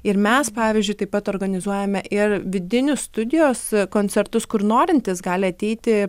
ir mes pavyzdžiui taip pat organizuojame ir vidinius studijos koncertus kur norintys gali ateiti